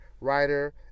writer